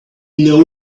know